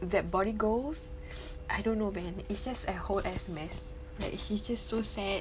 that body goals I don't know man it's just a whole ass mess like she's just so sad